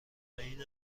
اینو